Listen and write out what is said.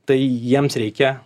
tai jiems reikia